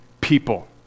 people